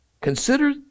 Consider